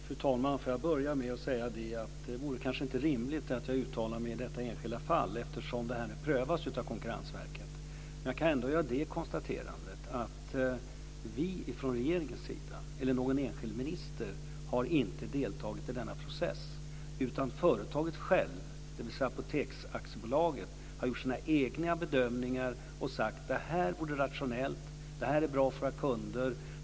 Fru talman! Jag vill börja med att säga att det kanske inte vore rimligt om jag uttalade mig i detta enskilda fall eftersom det nu prövas av Konkurrensverket. Men jag kan ändå göra det konstaterandet att någon enskild minister inte har deltagit i denna process, utan företaget självt, dvs. Apoteksbolaget, har gjort sina egna bedömningar och sagt: Det här vore rationellt. Det här är bra för våra kunder.